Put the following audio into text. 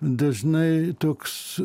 dažnai toks